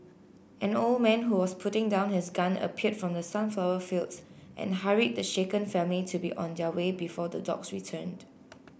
an old man who was putting down his gun appeared from the sunflower fields and hurried the shaken family to be on their way before the dogs return